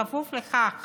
בכפוף לכך